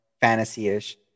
fantasy-ish